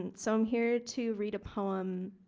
and so i'm here to read a poem